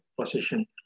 position